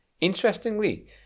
Interestingly